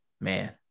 Man